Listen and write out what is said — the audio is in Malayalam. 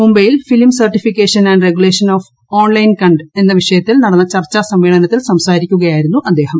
മുബൈയിൽ film certification and regulation of online കന്റ് എന്ന വിഷ്ണ്യത്തിൽ നടന്ന ചർച്ചാ സമ്മേളനത്തിൽ സംസാരിക്കുകയായിരുന്നു ആദ്ദേഹം